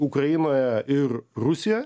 ukrainoje ir rusijoje